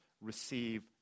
receive